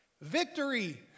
Victory